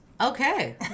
Okay